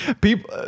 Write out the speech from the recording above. People